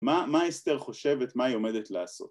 ‫מה הסתר חושבת, ‫מה היא עומדת לעשות?